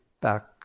back